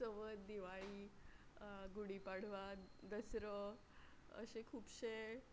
चवथ दिवाळी गुडी पाडवा दसरो अशे खुबशे